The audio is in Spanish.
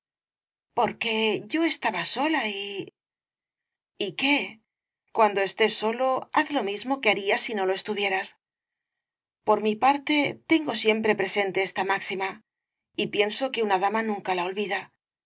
porque yo estaba sola y y qué cuando estés solo haz lo mismo que harías si no lo estuvieras por mi parte tengo siempre presente esta máxima y pienso que una dama nunca la olvida